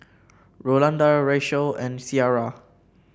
Rolanda Rachelle and Ciara